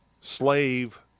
slave